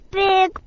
big